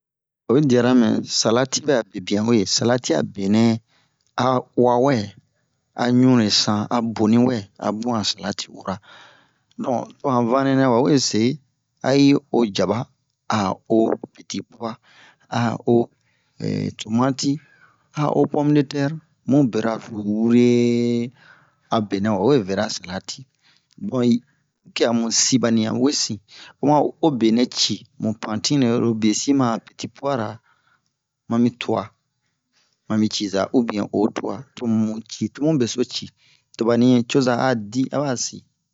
Oyi diyara mɛ salati ɓɛ'a bebiyan uwe salati a benɛ a uwa wɛ a ɲunle san a boni wɛ a bun a salati ura donk to han vanle nɛ wawe se a i o jaba a o peti-puwa a o tomati a o pome-de-tɛri mu beraraso wure a benɛ wa wee vera salati bon purke a mu si ɓa ni a mu wee sin oma o benɛ ci mu pantine oro biye si ma a peti-puwa-ra mami tuwa mami ciza ibiyɛn o tuwa to mu ci to mu beso ci to ɓa nucoza a di aɓa si